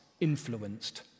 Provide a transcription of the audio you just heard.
influenced